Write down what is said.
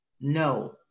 no